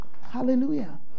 hallelujah